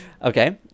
Okay